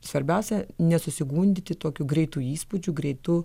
svarbiausia nesusigundyti tokiu greitu įspūdžiu greitu